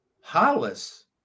Hollis